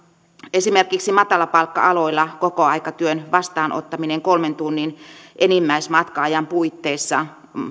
esimerkiksi matalapalkka aloilla kokoaikatyön vastaanottaminen kolmen tunnin enimmäismatka ajan puitteissa